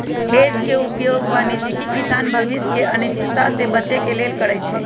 hedge के उपयोग वाणिज्यिक किसान भविष्य के अनिश्चितता से बचे के लेल करइ छै